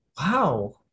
Wow